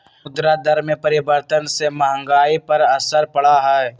मुद्रा दर में परिवर्तन से महंगाई पर असर पड़ा हई